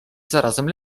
zarazem